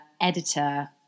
editor